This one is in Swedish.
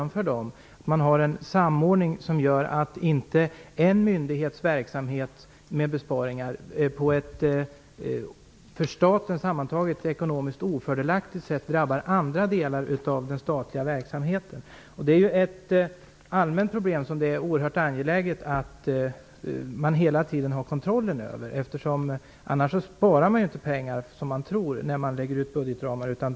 Men besparingar på en myndighets verksamhet skall inte på ett för staten sammantaget ekonomiskt ofördelaktigt sätt drabba andra delar av den statliga verksamheten. Detta är ett allmänt problem som det är oerhört angeläget att hela tiden ha kontroll över. Annars sparar man inte pengar, som man tror, när man upprättar budgetramar.